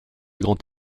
grand